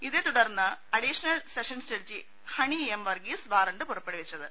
ഇതേ തുടർന്നാണ് additional sessions judge Honey M Varghese warrant പുറപ്പെടുവിച്ചത്